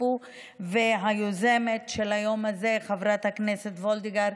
שהשתתפו והיוזמת של היום הזה, חברת הכנסת וולדיגר,